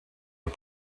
est